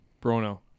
Bruno